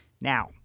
Now